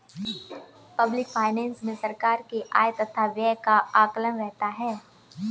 public finance मे सरकार के आय तथा व्यय का आकलन रहता है